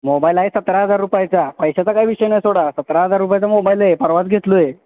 mobile आहे सतरा हजार रुपयाचा पैशाचा काय विषय नाही सोडा सतरा हजार रुपयाचा मोबाईल आहे परवाच घेतलो आहे